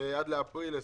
עד לאפריל 2020,